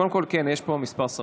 קודם כול כן, יש פה כמה שרים.